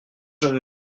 jeunes